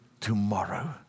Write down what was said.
tomorrow